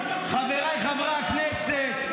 חבריי חברי הכנסת,